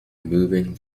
moving